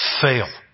fail